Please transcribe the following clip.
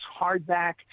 hardback